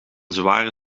zware